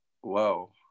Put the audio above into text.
whoa